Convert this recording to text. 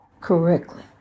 correctly